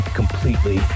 completely